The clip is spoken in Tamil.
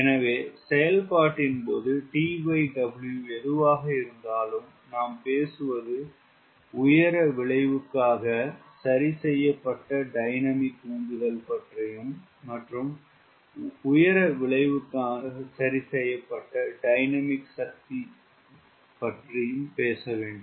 எனவே செயல்பாட்டின் போது TW எதுவாக இருந்தாலும் நாம் பேசுவது உயர விளைவுக்காக சரி செய்யப்பட்ட டைனமிக் உந்துதல் பற்றியும் மற்றும் உயர விளைவுக்கான சரி செய்யப்பட்ட டைனமிக் சக்தி பேச வேண்டும்